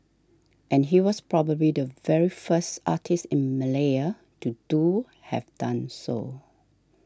and he was probably the very first artist in Malaya to do have done so